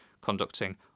conducting